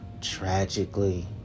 Tragically